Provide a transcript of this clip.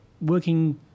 working